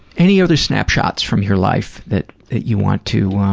any other snapshots from your life that you want to